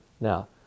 Now